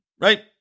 right